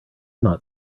not